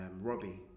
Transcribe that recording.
Robbie